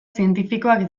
zientifikoak